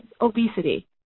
obesity